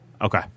Okay